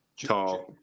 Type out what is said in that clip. tall